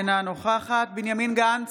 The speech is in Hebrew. אינה נוכחת בנימין גנץ,